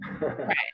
Right